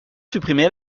supprimer